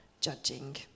judging